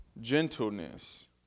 gentleness